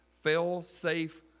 fail-safe